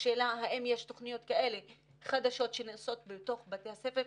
השאלה: האם יש תוכניות כאלה חדשות שנעשות בתוך בתי הספר,